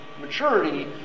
maturity